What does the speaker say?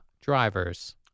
drivers